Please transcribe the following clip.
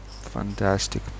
Fantastic